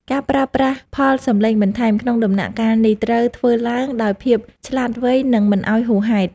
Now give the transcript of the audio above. ការប្រើប្រាស់ផលសំឡេងបន្ថែមក្នុងដំណាក់កាលនេះត្រូវធ្វើឡើងដោយភាពឆ្លាតវៃ និង មិនឱ្យហួសហេតុ។